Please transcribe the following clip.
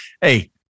hey